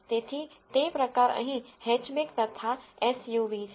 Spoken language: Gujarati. તેથી તે પ્રકાર અહીં હેચબેક અથવા એસયુવી છે